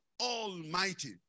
Almighty